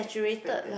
expanded